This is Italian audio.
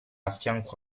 affianco